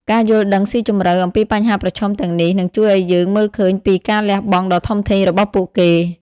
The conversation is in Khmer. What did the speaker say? ការយល់ដឹងស៊ីជម្រៅអំពីបញ្ហាប្រឈមទាំងនេះ នឹងជួយឲ្យយើងមើលឃើញពីការលះបង់ដ៏ធំធេងរបស់ពួកគេ។